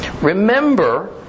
remember